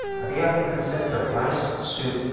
but they often consist of rice, soup,